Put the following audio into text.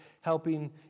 helping